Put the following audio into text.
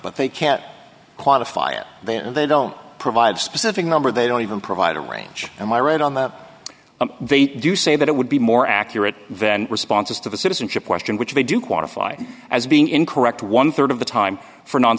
but they can't quantify it then they don't provide specific number they don't even provide a range and i read on the up and they do say that it would be more accurate than responses to the citizenship question which they do qualify as being incorrect one third of the time for non